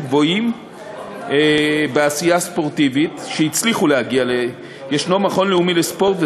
גבוהים בעשייה הספורטיבית יש מכון לאומי לספורט.